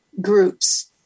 groups